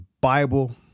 Bible